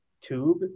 tube